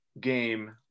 game